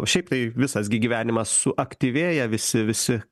šiaip tai visas gi gyvenimas suaktyvėja visi visi